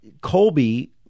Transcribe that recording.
Colby